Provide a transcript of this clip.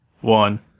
one